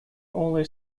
only